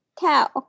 cow